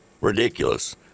ridiculous